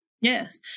Yes